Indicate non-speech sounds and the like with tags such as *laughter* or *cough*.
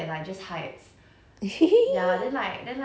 *laughs* peeta peeta